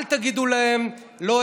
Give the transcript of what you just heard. אל תגידו להם: לא,